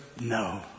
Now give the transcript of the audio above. no